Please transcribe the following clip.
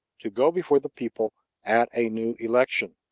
to go before the people at a new election.